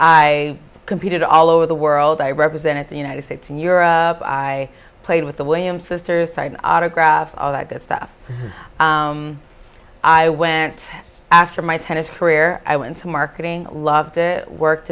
i competed all over the world i represented the united states and europe i played with the williams sisters sign autographs all that good stuff i went after my tennis career i went to marketing loved it worked